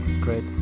great